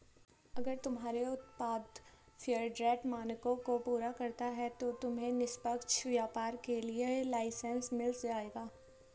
अगर तुम्हारे उत्पाद फेयरट्रेड मानकों को पूरा करता है तो तुम्हें निष्पक्ष व्यापार के लिए लाइसेन्स मिल जाएगा